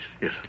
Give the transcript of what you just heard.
Yes